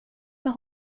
med